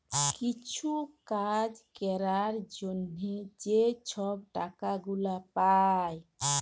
কিছু কাজ ক্যরার জ্যনহে যে ছব টাকা গুলা পায়